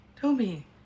Toby